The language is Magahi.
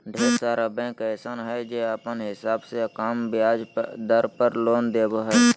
ढेर सारा बैंक अइसन हय जे अपने हिसाब से कम ब्याज दर पर लोन देबो हय